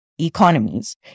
economies